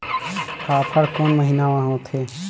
फाफण कोन महीना म होथे?